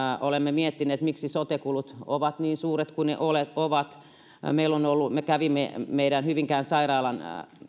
olemme miettineet miksi sote kulut ovat niin suuret kuin ne ovat me kävimme hyvinkään sairaalan